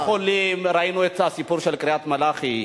ראינו את הסיפור של קריית-מלאכי,